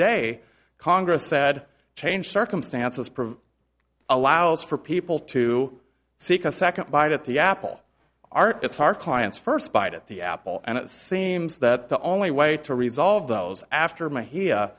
day congress said change circumstances provide allows for people to seek a second bite at the apple art it's our client's first bite at the apple and it seems that the only way to resolve those after my here